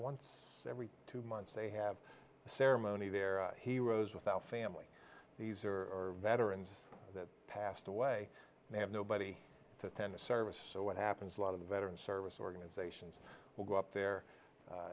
once every two months they have a ceremony they're heroes without family these are veterans that passed away and they have nobody to attend the service so what happens a lot of the veteran service organizations will go up there